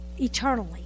eternally